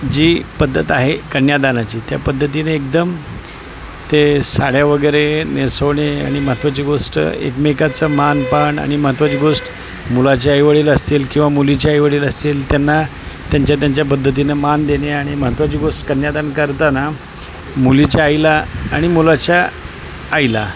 जी पद्धत आहे कन्यादानाची त्या पद्धतीने एकदम ते साड्या वगैरे नेसवणे आणि महत्त्वाची गोष्ट एकमेकाचं मानपान आणि महत्त्वाची गोष्ट मुलाचे आईवडील असतील किंवा मुलीचे आईवडील असतील त्यांना त्यांच्या त्यांच्या पद्धतीनं मान देणे आणि महत्त्वाची गोष्ट कन्यादान करताना मुलीच्या आईला आणि मुलाच्या आईला